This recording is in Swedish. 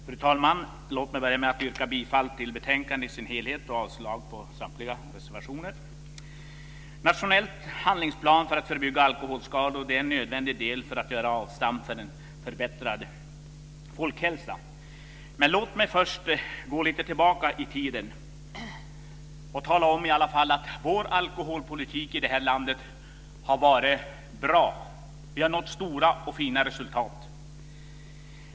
Fru talman! Låt mig börja med att yrka bifall till hemställan i betänkandet och avslag på samtliga reservationer. En nationell handlingsplan för att förebygga alkoholskador är en nödvändig del för att göra avstamp för en förbättrad folkhälsa. Men låt mig först gå lite grann tillbaka i tiden och tala om att vår alkoholpolitik i det här landet har varit bra. Vi har nått stora och fina resultat.